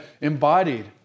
embodied